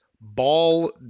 ball